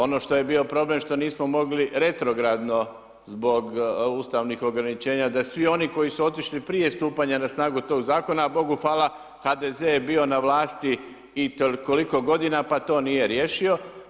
Ono što je bio problem što nismo mogli retrogradno, zbog ustavnih ograničenja, da svi oni koji su otišli prije stupanja na snagu tog zakona, Bogu hvala HDZ je bio na vlasti koliko g. pa to nije riješio.